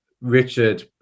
Richard